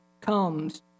comes